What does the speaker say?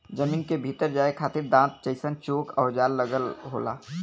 जमीन के भीतर जाये खातिर दांत जइसन चोक औजार लगल होला